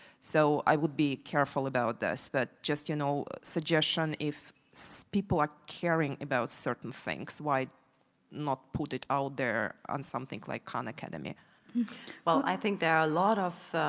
so i would be careful about this. but just you know, suggestion if so people are caring about certain things why not put it out there on something like khan academy? nina well i think there are a lot of,